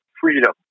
freedom